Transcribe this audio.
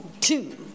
two